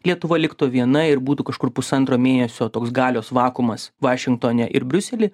lietuva liktų viena ir būtų kažkur pusantro mėnesio toks galios vakuumas vašingtone ir briusely